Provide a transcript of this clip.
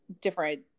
different